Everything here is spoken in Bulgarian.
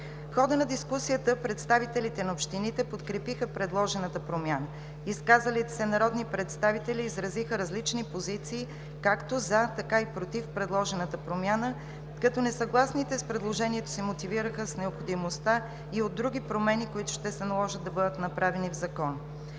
В хода на дискусията представителите на общините подкрепиха предложената промяна. Изказалите се народни представители изразиха различни позиции – както за, така и против предложената промяна, като несъгласните с предложението се мотивираха с необходимостта и от други промени, които ще се наложи да бъдат направени в Закона.